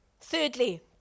Thirdly